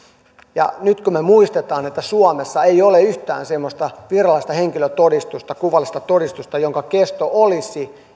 ja nyt kun me muistamme että suomessa ei ole yhtään semmoista virallista henkilötodistusta kuvallista todistusta jonka kesto olisi